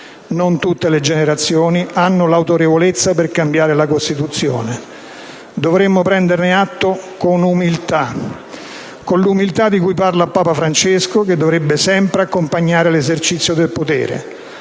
Non tutte le generazioni hanno l'autorevolezza per cambiare la Costituzione. Dovremmo prenderne atto con umiltà, con l'umiltà di cui parla Papa Francesco, che dovrebbe sempre accompagnare l'esercizio del potere.